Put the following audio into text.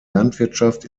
landwirtschaft